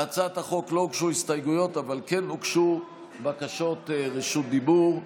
להצעת החוק לא הוגשו הסתייגויות אבל כן הוגשו בקשות רשות דיבור.